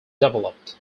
developed